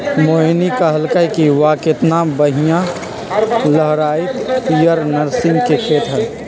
मोहिनी कहलकई कि वाह केतना बनिहा लहराईत पीयर नर्गिस के खेत हई